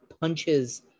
punches